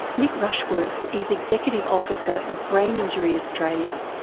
nick rushworth is executive officer of brain injury australia,